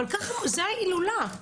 אבל זה ההילולה.